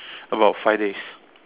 about five days